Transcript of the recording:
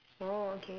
oh okay